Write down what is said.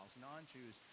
non-Jews